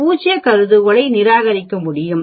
பூஜ்ய கருதுகோளை நிராகரிக்க முடியும்